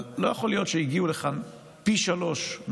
אבל לא יכול להיות שהגיעו לכאן פי שלושה,